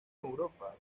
europa